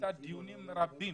דיונים רבים